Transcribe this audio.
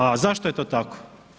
A zašto je to tako?